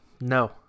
No